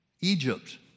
Egypt